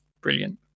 brilliant